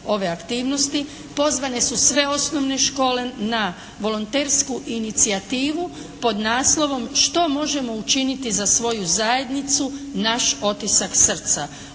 ove aktivnosti. Pozvane su sve osnovne škole na volontersku inicijativu pod naslovom što možemo učiniti za svoju zajednicu – naš otisak srca